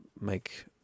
make